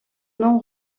non